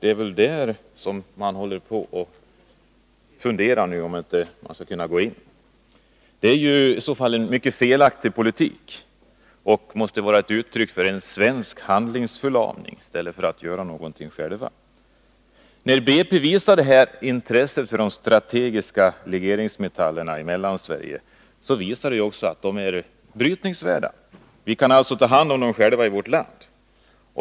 Det är väl där som man nu funderar på om man inte skall kunna gå in. Det är i så fall en helt felaktig politik, och det måste vara uttryck för en svensk handlingsförlamning, i stället för att vi gör någonting själva. När BP visar det här intresset för de strategiska legeringsmetallerna i Mellansverige, så visar det också att de är brytningsvärda. Vi kan alltså ta hand om dem själva.